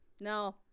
No